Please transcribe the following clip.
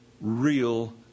real